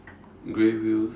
grey wheels